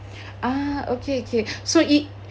uh okay okay so it